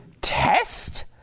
test